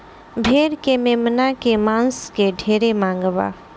भेड़ के मेमना के मांस के ढेरे मांग बा